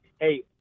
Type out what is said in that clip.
hey